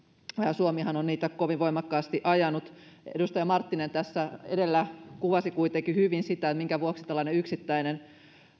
suomihan on niitä kovin voimakkaasti ajanut edustaja marttinen tässä edellä kuvasi kuitenkin hyvin sitä minkä vuoksi tällainen yksittäinen